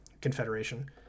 confederation